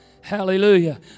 Hallelujah